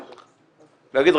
להגיד,